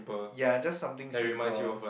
ya just something simple lor